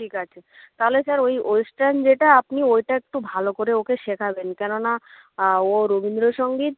ঠিক আছে তাহলে স্যার ওই ওয়েস্টার্ন যেটা আপনি ওইটা একটু ভালো করে ওকে শেখাবেন কেন না ও রবীন্দ্র সঙ্গীত